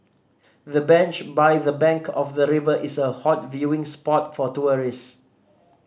the bench by the bank of the river is a hot viewing spot for tourist